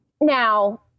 now